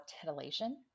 titillation